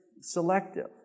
selective